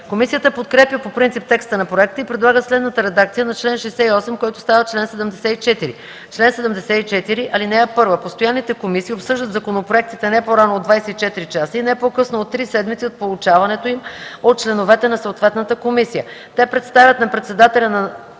Комисията подкрепя по принцип текста на проекта и предлага следната редакция на чл. 68, който става чл. 74: „Чл. 74.(1) Постоянните комисии обсъждат законопроектите не по-рано от 24 часа и не по-късно от три седмици от получаването им от членовете на съответната комисия. Те представят на председателя на